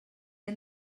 hem